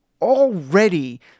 already